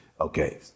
okay